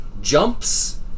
jumps